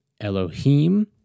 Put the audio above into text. Elohim